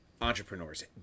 entrepreneurs